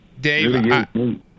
Dave